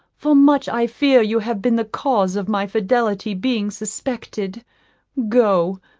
for much i fear you have been the cause of my fidelity being suspected go,